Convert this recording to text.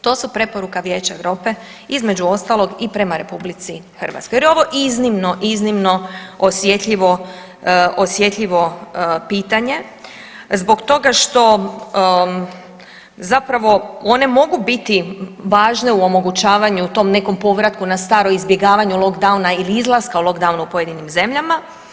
To su preporuka Vijeća Europe, između ostaloga i prema RH jer je ovo iznimno, iznimno osjetljivo, osjetljivo pitanje zbog toga što zapravo one mogu biti važne u omogućavanju tom nekom povratku na staro izbjegavanje lockdowna ili izlaska lockdowna u pojedinim zemljama.